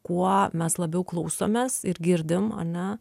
kuo mes labiau klausomės ir girdim ane